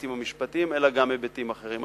ההיבטים המשפטיים אלא גם היבטים אחרים.